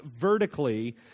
vertically